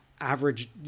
average